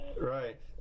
Right